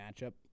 matchup